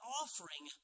offering